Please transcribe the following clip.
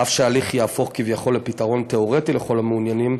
אף שההליך יהפוך כביכול לפתרון תיאורטי לכלל המעוניינים,